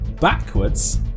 backwards